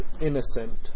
innocent